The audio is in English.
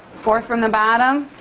fourth from the bottom,